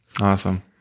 Awesome